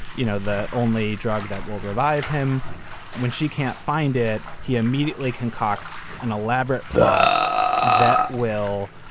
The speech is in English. you know, the only drug that will revive him when she can't find it. he immediately concocts an elaborate plot that will